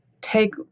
take